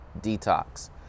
detox